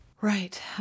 Right